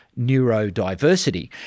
neurodiversity